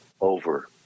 over